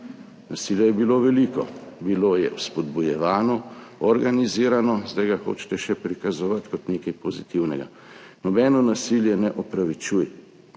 Nasilja je bilo veliko, bilo je spodbujevano, organizirano – zdaj ga hočete še prikazovati kot nekaj pozitivnega. Nobeno nasilje ne opravičuje